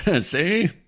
see